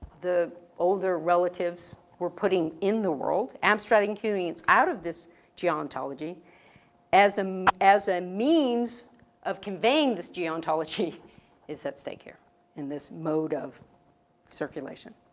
the older relatives were putting in the world, abstracting humans out of this gerontology as um as a means of conveying this gerontology is at stake here in this mode of circulation.